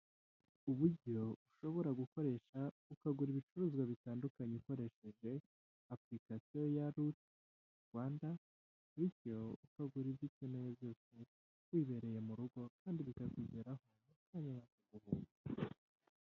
Uburyo ushobora gukoresha ukagura ibicuruzwa bitandukanye ukoresheje apurikasiyo ya ruti rwanda bityo ukagura ibyo ukeneye byose wibereye murugo kandi bikakugeraho utavuye aho uri.